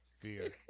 Fear